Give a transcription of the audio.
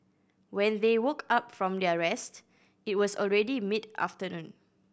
when they woke up from their rest it was already mid afternoon